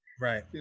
right